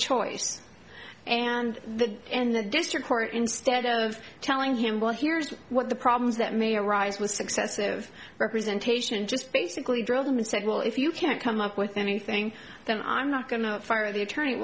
choice and the district court instead of telling him well here's what the problems that may arise with successive representation just basically drilled him and said well if you can't come up with anything then i'm not going to fire the attorney